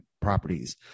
properties